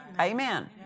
Amen